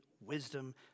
wisdom